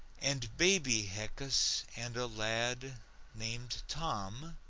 and baby heckus, and a lad named tom,